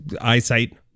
eyesight